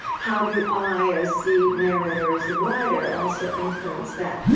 how do i, as the narrator, as the writer, also influence that?